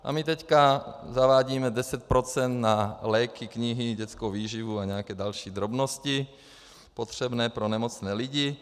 A my teď zavádíme 10 % na léky, knihy, dětskou výživu a nějaké další drobnosti potřebné pro nemocné lidi.